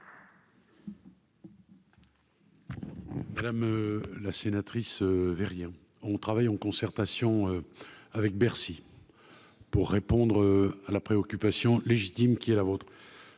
Madame la sénatrice Verts rien on travaille en concertation avec Bercy pour répondre à la préoccupation légitime qui est la vôtre,